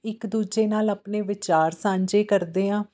ਇੱਕ ਦੂਜੇ ਨਾਲ ਆਪਣੇ ਵਿਚਾਰ ਸਾਂਝੇ ਕਰਦੇ ਹਾਂ